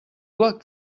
toi